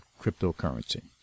cryptocurrency